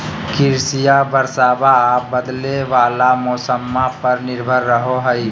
कृषिया बरसाबा आ बदले वाला मौसम्मा पर निर्भर रहो हई